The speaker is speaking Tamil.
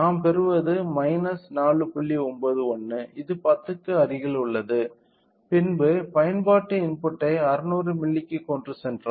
91 இது 10 க்கு அருகில் உள்ளது பின்பு பயன்பாட்டு இன்புட்டை 600 மில்லிக்கு கொண்டு செல்லுங்கள்